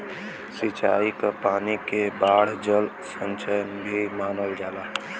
सिंचाई क पानी के बाढ़ जल संचयन भी मानल जाला